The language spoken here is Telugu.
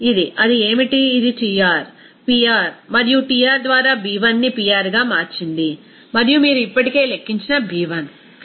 ఇది అది ఏమిటి ఇది Tr Pr మరియు Tr ద్వారా B1ని Prగా మార్చింది మరియు మీరు ఇప్పటికే లెక్కించిన B1